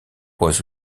was